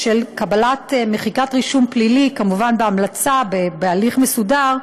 של מחיקת רישום פלילי, כמובן בהמלצה, בהליך מסודר,